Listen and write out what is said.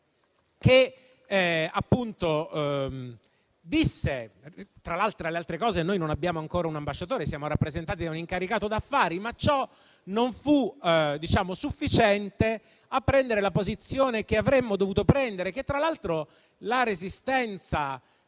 Milanesi. Tra le altre cose, noi non abbiamo ancora un ambasciatore, ma siamo rappresentati da un incaricato d'affari. Ma ciò non fu sufficiente a prendere la posizione che avremmo dovuto prendere e che tra l'altro la resistenza